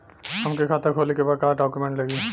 हमके खाता खोले के बा का डॉक्यूमेंट लगी?